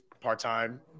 part-time